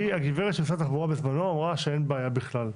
נציגת משרד התחבורה בזמנו אמרה שאין בעיה בכלל,